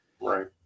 right